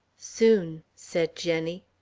soon, said jenny.